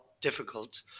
difficult